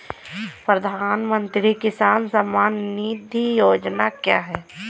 प्रधानमंत्री किसान सम्मान निधि योजना क्या है?